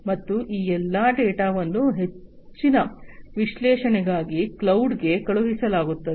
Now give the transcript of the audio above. ಮತ್ತು ಈ ಎಲ್ಲಾ ಡೇಟಾವನ್ನು ಹೆಚ್ಚಿನ ವಿಶ್ಲೇಷಣೆಗಾಗಿ ಕ್ಲೌಡ್ ಗೆ ಕಳುಹಿಸಲಾಗುತ್ತದೆ